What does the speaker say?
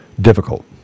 difficult